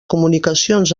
comunicacions